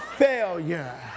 failure